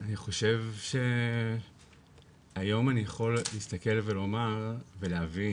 אני חושב שהיום אני יכול להסתכל ולומר ולהבין